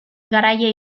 garaile